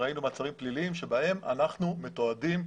ראינו מעצרים פליליים בהם אנחנו מתועדים.